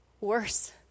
worse